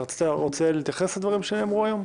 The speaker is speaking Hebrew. אתה רוצה להתייחס לדברים שנאמרו היום?